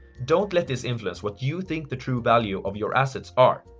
don't let this influence what you think the true value of your assets are.